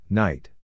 night